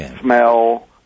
smell